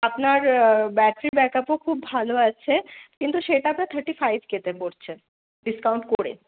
আপনার ব্যাটারি ব্যাকআপও খুব ভালো আছে কিছু সেটা তো থার্টি ফাইভ কেতে পড়ছে ডিসকাউন্ট করে